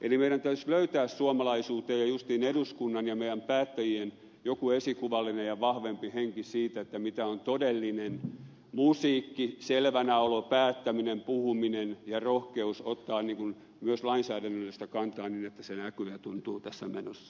eli meidän täytyisi löytää suomalaisuuteen ja justiin eduskunnan ja meidän päättäjien joku esikuvallinen ja vahvempi henki siitä mitä on todellinen musiikki selvänä olo päättäminen puhuminen ja rohkeus ottaa myös lainsäädännöllistä kantaa niin että se näkyy ja tuntuu tässä menossa